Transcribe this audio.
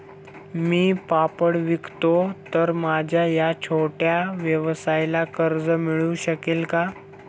मी पापड विकतो तर माझ्या या छोट्या व्यवसायाला कर्ज मिळू शकेल का?